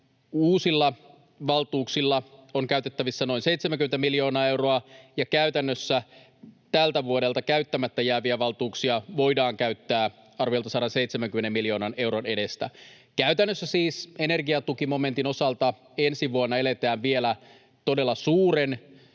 uusilla valtuuksilla on käytettävissä noin 70 miljoonaa euroa, ja käytännössä tältä vuodelta käyttämättä jääviä valtuuksia voidaan käyttää arviolta 170 miljoonan euron edestä. Käytännössä siis energiatukimomentin osalta ensi vuonna eletään vielä todella suuren käytön